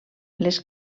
les